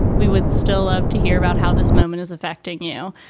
we would still love to hear about how this moment is affecting you.